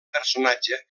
personatge